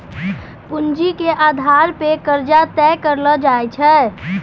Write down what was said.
पूंजी के आधार पे कर्जा तय करलो जाय छै